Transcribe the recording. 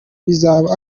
bizaba